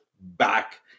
back